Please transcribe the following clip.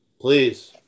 please